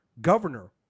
Governor